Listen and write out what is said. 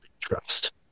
Trust